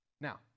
Now